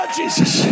Jesus